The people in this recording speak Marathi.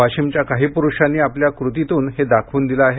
वाशिमच्या काही प्रूषांनी आपल्या कृतीतून हे दाखवून दिलं आहे